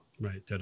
Right